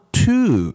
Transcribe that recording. two